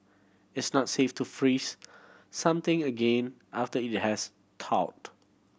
it's not safe to freeze something again after it has thawed